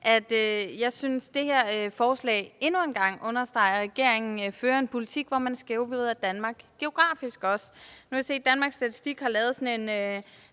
jeg synes, det her forslag endnu en gang understreger, at regeringen fører en politik, hvor man også skævvrider Danmark geografisk. Nu har jeg set, at Danmarks Statistik har lavet sådan